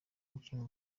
umukinnyi